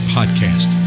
Podcast